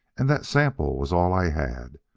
and that sample was all i had.